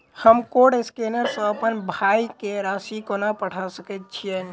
हम code scanner सँ अप्पन भाय केँ राशि कोना पठा सकैत छियैन?